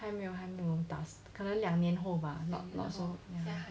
还没有还没有 pass 可能两年后吧 not not so ya